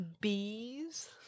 Bees